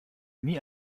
nie